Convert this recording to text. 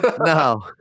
no